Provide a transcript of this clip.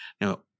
Now